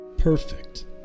perfect